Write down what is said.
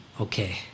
Okay